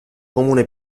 comune